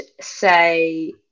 say